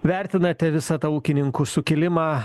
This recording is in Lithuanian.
vertinate visą tą ūkininkų sukilimą